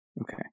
Okay